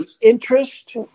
interest